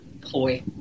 ploy